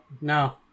no